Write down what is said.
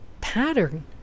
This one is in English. pattern